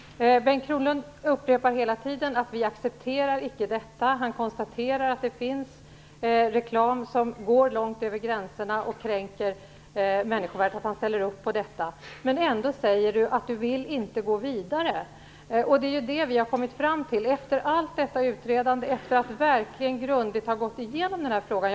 Fru talman! Bengt Kronblad upprepar hela tiden att man icke accepterar detta. Han konstaterar att det finns reklam som går långt över gränserna och kränker människovärdet. Ändå säger han att han inte vill gå vidare. Men det är vad vi har kommit fram till, efter allt detta utredande och efter att grundligt ha gått igenom denna fråga.